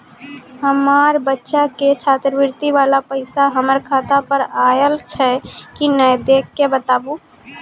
हमार बच्चा के छात्रवृत्ति वाला पैसा हमर खाता पर आयल छै कि नैय देख के बताबू?